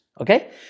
Okay